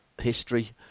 history